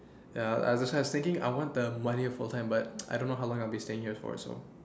ya that's why I was thinking I want the one year full time but I don't know how long I'll be staying here for so